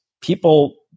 people